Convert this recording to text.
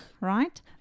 Right